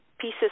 pieces